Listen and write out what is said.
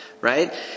Right